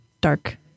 dark